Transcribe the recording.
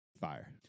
fire